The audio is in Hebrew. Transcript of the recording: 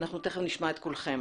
אנחנו תיכף נשמע את כולכם.